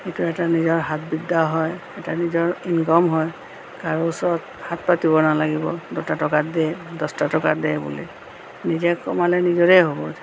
এইটো এটা নিজা হাত বিদ্যা হয় এটা নিজৰ ইনকাম হয় কাৰো ওচৰত হাত পাতিব নালাগিব দুটা টকা দে দছটা টকা দে বুলি নিজে কামালে নিজৰে হ'ব